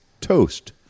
Toast